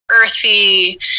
earthy